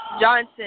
Johnson